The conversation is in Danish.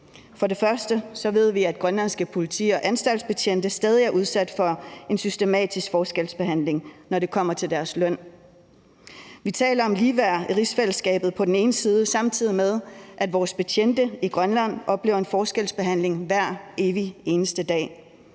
For det første ved vi, at grønlandske politi- og anstaltsbetjente stadig er udsat for en systematisk forskelsbehandling, når det kommer til deres løn. Vi taler om ligeværd i rigsfællesskabet, samtidig med at vores betjente i Grønland oplever en forskelsbehandling hver evig eneste dag.